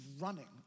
running